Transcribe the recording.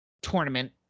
tournament